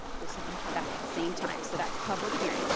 the same? that's the same time. so that's public hearing.